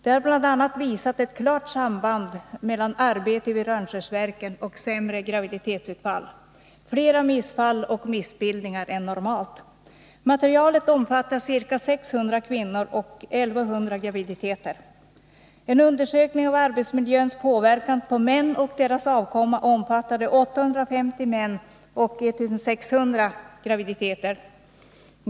De har bl.a. visat ett klart samband mellan arbete vid Rönnskärsverken och sämre graviditetsutfall, flera missfall och missbildningar än normalt. Materialet omfattar ca 600 kvinnor och 1 100 graviditeter. En undersökning av arbetsmiljöns påverkan på män och deras avkomma omfattade 850 män och 1 600 graviditeter.